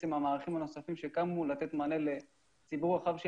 המערכים הנוספים שהקמנו כדי לתת מענה לציבור רחב של